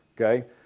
okay